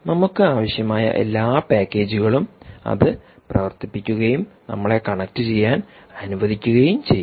നമുക്ക് ആവശ്യമായ എല്ലാ പാക്കേജുകളും അത് പ്രവർത്തിപ്പിക്കുകയും നമ്മളെ കണക്റ്റുചെയ്യാൻ അനുവദിക്കുകയും ചെയ്യും